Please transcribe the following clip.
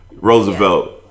Roosevelt